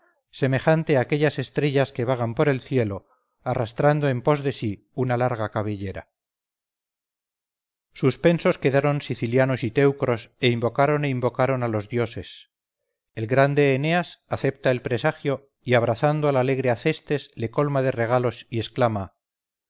semejante a aquellas estrellas que vagan por el cielo arrastrando en pos de sí una larga cabellera suspensos quedaron sicilianos y teucros e invocaron e invocaron a los dioses el grande eneas acepta el presagio y abrazando al alegre acestes le colma de regalos y exclama